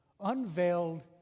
unveiled